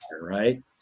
right